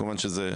כמובן שזה,